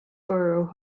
borough